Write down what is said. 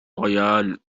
royale